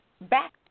back